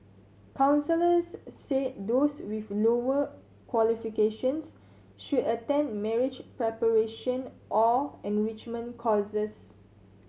counsellors said those with lower qualifications should attend marriage preparation or enrichment courses